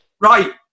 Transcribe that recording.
Right